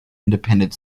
independent